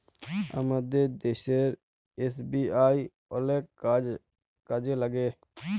আমাদের দ্যাশের এস.বি.আই অলেক কাজে ল্যাইগে